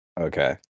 Okay